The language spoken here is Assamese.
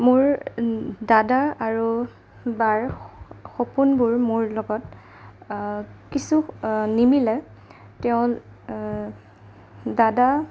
মোৰ দাদা আৰু বাৰ সপোনবোৰ মোৰ লগত কিছু নিমিলে তেওঁ দাদা